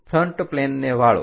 front પ્લેનને વાળો